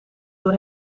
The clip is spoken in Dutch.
door